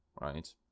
right